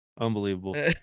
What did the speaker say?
Unbelievable